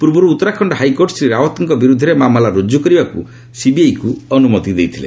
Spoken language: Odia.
ପୂର୍ବରୁ ଉତ୍ତରାଖଣ୍ଡ ହାଇକୋର୍ଟ ଶ୍ରୀ ରାଓ୍ୱତ୍ଙ୍କ ବିରୁଦ୍ଧରେ ମାମଲା ରୁକ୍କୁ କରିବାକୁ ସିବିଆଇକୁ ଅନୁମତି ଦେଇଥିଲେ